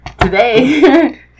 Today